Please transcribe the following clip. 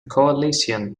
coalition